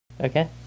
Okay